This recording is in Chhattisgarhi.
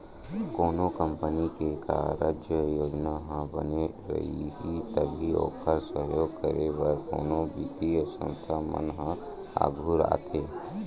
कोनो कंपनी के कारज योजना ह बने रइही तभी ओखर सहयोग करे बर कोनो बित्तीय संस्था मन ह आघू आथे